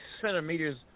centimeters